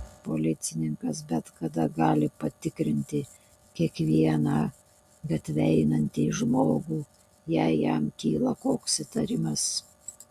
policininkas bet kada gali patikrinti kiekvieną gatve einantį žmogų jei jam kyla koks įtarimas